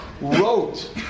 wrote